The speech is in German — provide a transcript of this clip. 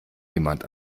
jemand